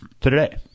today